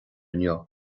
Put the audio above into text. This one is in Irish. inniu